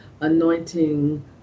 anointing